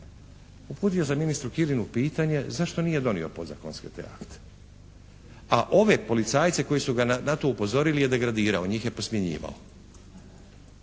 Uputio sam ministru Kirinu pitanje zašto nije donio podzakonske te akte? A ove policajce koji su ga na to upozorili je degradirao. Njih je posmjenjivao.